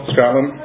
Scotland